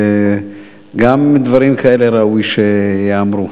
וגם דברים כאלה ראוי שייאמרו.